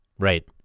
Right